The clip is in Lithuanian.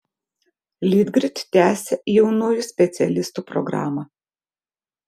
litgrid tęsia jaunųjų specialistų programą